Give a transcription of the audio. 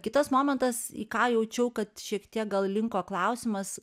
kitas momentas į ką jaučiau kad šiek tiek gal linko klausimas